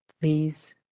please